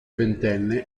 ventenne